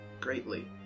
greatly